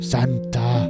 Santa